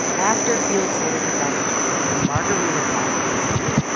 after felix sater gets out of jail for the margarita glass incident,